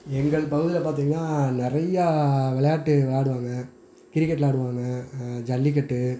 எங்கள் பகுதியில் பார்த்திங்கன்னா நிறையா விளையாட்டு விளையாடுவாங்க கிரிக்கெட் விளையாடுவாங்க ஜல்லிக்கட்டு